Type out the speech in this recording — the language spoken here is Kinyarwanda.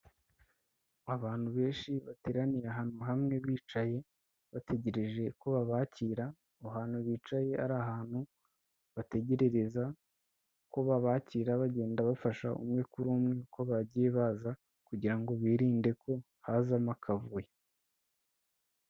Abantu benshi bateraniye ahantu hamwe bicaye bategereje ko babakira, aho hantu bicaye ari ahantu bategerereza ko bakira bagenda bafasha umwe kuri umwe ko bagiye baza, kugira ngo birinde ko hazamo akavuyo.